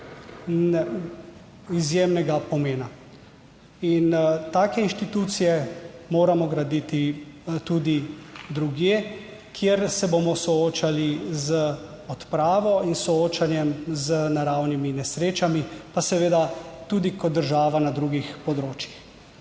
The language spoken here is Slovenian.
izjemnega pomena in take inštitucije moramo graditi tudi drugje, kjer se bomo soočali z odpravo in soočanjem z naravnimi nesrečami, pa seveda tudi kot država na drugih področjih.